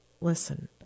listen